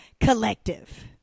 Collective